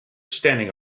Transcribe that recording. standing